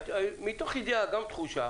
אני, מתוך ידיעה וגם מתוך תחושה